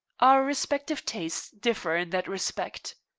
our respective tastes differ in that respect.